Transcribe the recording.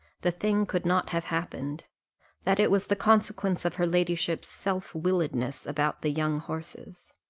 the thing could not have happened that it was the consequence of her ladyship's self-willedness about the young horses.